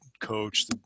coach